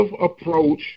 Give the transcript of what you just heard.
approach